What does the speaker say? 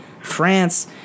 France